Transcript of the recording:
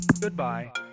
Goodbye